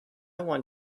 want